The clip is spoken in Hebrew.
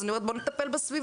אז אני אומרת בוא נטפל בסביבה,